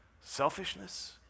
selfishness